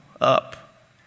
up